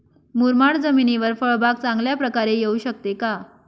मुरमाड जमिनीवर फळबाग चांगल्या प्रकारे येऊ शकते का?